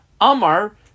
Amar